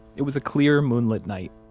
it was a clear, moonlit night,